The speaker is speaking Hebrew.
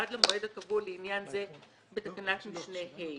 עד למועד הקבוע לעניין זה בתקנת משנה (ה).